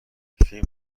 فیلم